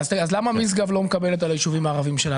למה משגב לא מקבלת על הישובים הערבים שלה?